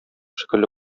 шикелле